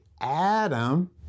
Adam